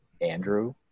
Andrew